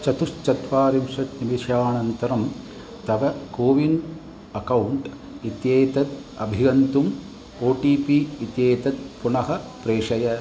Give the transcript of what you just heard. चतुश्चत्वारिंशत् निमेषानन्तरं तव कोविन् अकौण्ट् इत्येतत् अभिगन्तुम् ओ टि पि इत्येतत् पुनः प्रेषय